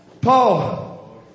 Paul